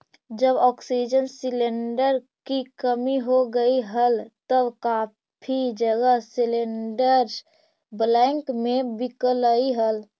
जब oxygen cylinder की कमी हो गईल हल तब काफी जगह सिलेंडरस ब्लैक में बिकलई हल